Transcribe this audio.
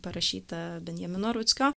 parašytą benjamino rutskio